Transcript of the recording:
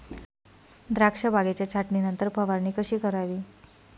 द्राक्ष बागेच्या छाटणीनंतर फवारणी कशी करावी?